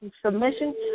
submission